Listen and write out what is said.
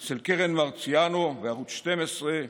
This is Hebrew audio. אצל קרן מרציאנו בערוץ 12,